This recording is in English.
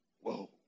Whoa